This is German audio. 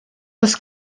das